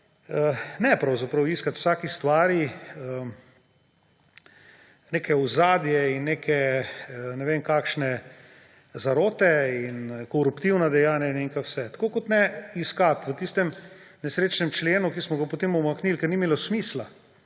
Ne pravzaprav iskati v vsaki stvari nekega ozadja in neke ne vem kakšne zarote in koruptivna dejanja. Tako kot ne iskati v tistem nesrečnem členu, ki smo ga potem umaknili, ker ni imelo smisla,